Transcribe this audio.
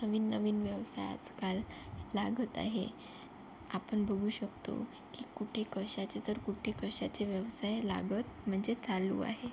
नवीन नवीन व्यवसाय आजकाल लागत आहे आपण बघू शकतो की कुठे कशाचे तर कुठे कशाचे व्यवसाय लागत म्हणजे चालू आहे